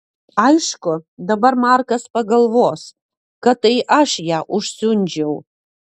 aišku dabar markas pagalvos kad tai aš ją užsiundžiau